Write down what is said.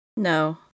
No